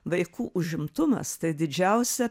vaikų užimtumas tai didžiausia